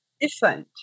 different